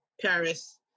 Paris